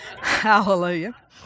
Hallelujah